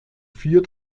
vier